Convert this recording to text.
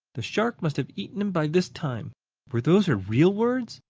the shark must have eaten him by this time were those her real words?